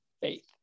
faith